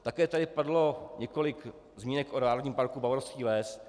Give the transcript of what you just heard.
Také tady padlo několik zmínek o Národním parku Bavorský les.